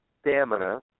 stamina